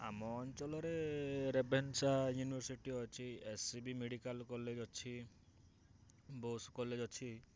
ଆମ ଅଞ୍ଚଳରେ Ravenshaw university ଅଛି S C B medical college ଅଛି ବୋଷ କଲେଜ୍ ଅଛି